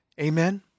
Amen